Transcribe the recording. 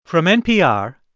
from npr,